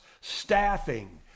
staffing